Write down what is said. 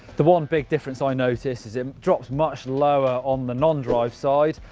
the one big difference i noticed is it drops much lower on the non-drive side,